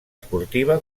esportiva